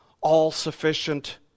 all-sufficient